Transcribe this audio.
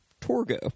Torgo